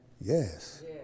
Yes